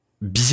Bien